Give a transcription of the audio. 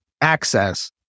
access